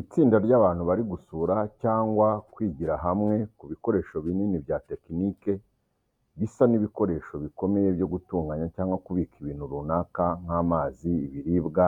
Itsinda ry’abantu bari gusura cyangwa kwigira hamwe ku bikoresho binini bya tekiniki bisa n’ibikoresho bikomeye byo gutunganya cyangwa kubika ibintu runaka nk’amazi, ibiribwa,